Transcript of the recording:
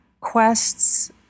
Quests